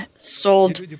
sold